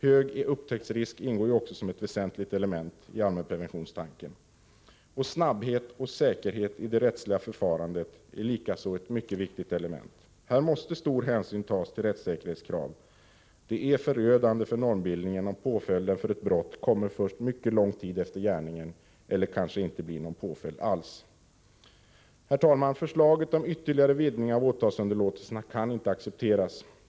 Hög upptäcktsrisk ingår som ett väsentligt element i allmänpreventionstanken. Snabbhet och säkerhet i det rättsliga förfarandet är likaså viktiga element. Här måste stor hänsyn tas till rättssäkerhetskrav, men det är förödande för normbildningen om påföljden för ett brott kommer först mycket lång tid efter gärningen eller om det kanske inte blir någon påföljd alls. Herr talman! Förslaget om ytterligare vidgning av åtalsunderlåtelserna kan inte accepteras.